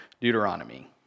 Deuteronomy